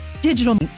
Digital